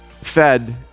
fed